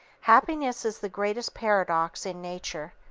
happiness is the greatest paradox in nature.